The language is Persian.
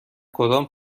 کدام